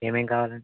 ఏమేం కావాలండి